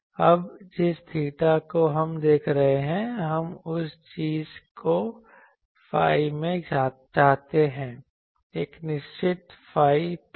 अब जिस थीटा को हम देख रहे हैं हम उस चीज़ को फाई में चाहते हैं एक निश्चित फाई प्लेन